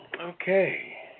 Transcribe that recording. Okay